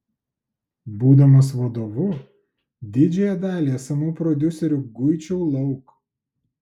būdamas vadovu didžiąją dalį esamų prodiuserių guičiau lauk